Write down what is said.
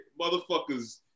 motherfuckers